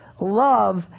love